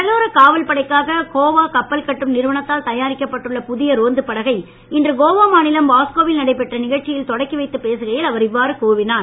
கடலோர காவல்படைக்காக கோவா கப்பல் கட்டும் நிறுவனத்தால் தயாரிக்கப்பட்டுள்ள புதிய ரோந்து படகை இன்று கோவா மாநிலம் வாஸ்கோவில் நடைபெற்ற நிகழ்ச்சியில் தொடக்கி வைத்து பேசுகையில் அவர் இவ்வாறு கூறினார்